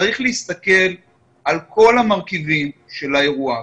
צריך להסתכל על כל המרכיבים של האירוע,